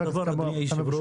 יש עוד דבר אדוני היושב-ראש,